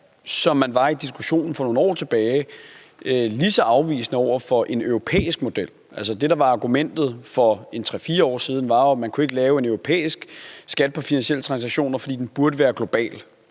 som man var i diskussionen for nogle år tilbage, over for en europæisk model. Altså det, der var argumentet for 3-4 år siden, var jo, at man ikke kunne lave en europæisk skat på finansielle transaktioner, fordi den burde være global.